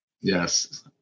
Yes